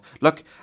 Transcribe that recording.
look